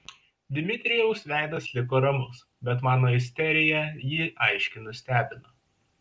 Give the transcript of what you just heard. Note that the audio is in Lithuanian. dmitrijaus veidas liko ramus bet mano isterija jį aiškiai nustebino